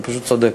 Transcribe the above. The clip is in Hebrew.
אתה פשוט צודק.